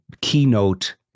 keynote